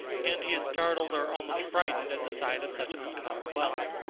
and he is startled or almost frightened at the sight of such uncommon wealth.